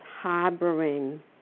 harboring